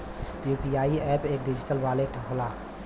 UPI app एक digital wallet होला